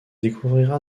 découvrira